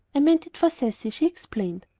i meant it for cecy, she explained.